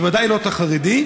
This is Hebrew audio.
בוודאי לא את החרדי,